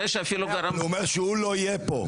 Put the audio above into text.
אומר שהוא לא יהיה פה,